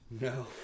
No